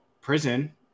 prison